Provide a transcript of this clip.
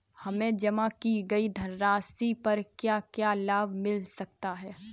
हमें जमा की गई धनराशि पर क्या क्या लाभ मिल सकता है?